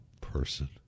person